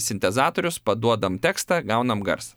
sintezatorius paduodam tekstą gaunam garsą